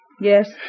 Yes